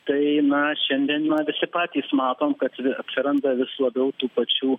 tai na šiandien na visi patys matom kad atsiranda vis labiau tų pačių